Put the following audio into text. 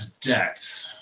depth